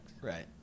Right